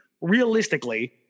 realistically